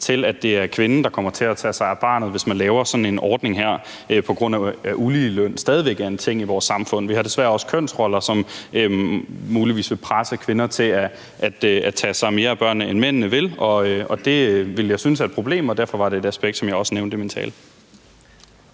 til, at det er kvinden, der kommer til at tage sig af barnet, hvis man laver sådan en ordning, fordi uligeløn stadig væk er en ting i vores samfund. Vi har desværre også kønsroller, som muligvis vil presse kvinder til at tage sig mere af børnene, end mændene vil, og det ville jeg synes var et problem, og derfor var det også et aspekt, som jeg nævnte i min tale.